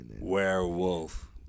Werewolf